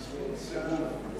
בסדר.